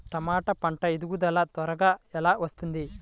టమాట పంట ఎదుగుదల త్వరగా ఎలా వస్తుంది?